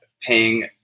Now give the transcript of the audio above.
paying